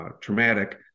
traumatic